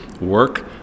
work